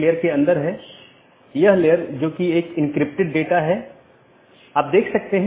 एक BGP के अंदर कई नेटवर्क हो सकते हैं